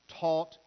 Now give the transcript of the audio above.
taught